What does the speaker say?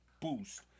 boost